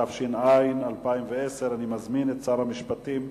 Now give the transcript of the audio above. התש"ע 2010. אני מזמין את שר המשפטים,